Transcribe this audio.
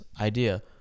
idea